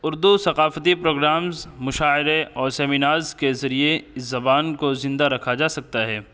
اردو ثقافتی پروگرامز مشاعرے اور سیمینارز کے ذریعے زبان کو زندہ رکھا جا سکتا ہے